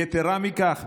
יתרה מכך,